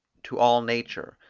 to all nature,